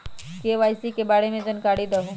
KYC के बारे में जानकारी दहु?